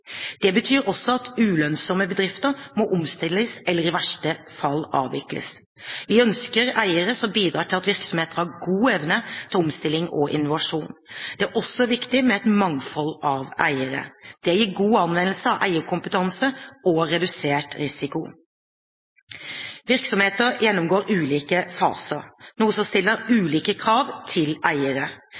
Det betyr også at ulønnsomme bedrifter må omstilles eller, i verste fall, avvikles. Vi ønsker eiere som bidrar til at virksomheter har god evne til omstilling og innovasjon. Det er også viktig med et mangfold av eiere. Det gir god anvendelse av eierkompetanse og reduserer risiko. Virksomheter gjennomgår ulike faser, noe som stiller ulike krav til eiere.